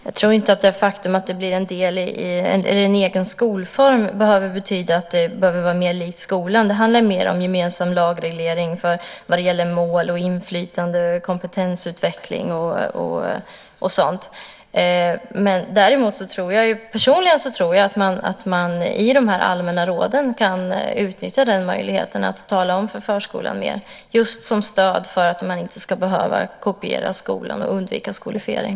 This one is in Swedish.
Herr talman! Jag tror inte att det faktum att förskolan blir en egen skolform behöver betyda att det måste vara mer likt skolan. Det handlar mer om gemensam lagreglering vad gäller mål, inflytande, kompetensutveckling och sådant. Personligen tror jag att man i de allmänna råden kan utnyttja möjligheten att tala om mer för förskolan just som stöd för att man inte ska behöva kopiera skolan och därmed undvika skolifiering.